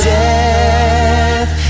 death